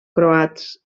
croats